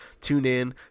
TuneIn